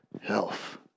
health